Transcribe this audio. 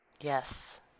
Yes